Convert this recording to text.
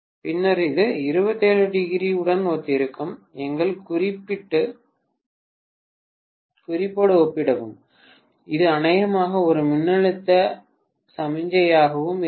பின்னர் இது 27o உடன் ஒத்திருக்கும் எங்கள் குறிப்போடு ஒப்பிடப்படும் இது அநேகமாக ஒரு மின்னழுத்த சமிக்ஞையாகவும் இருக்கும்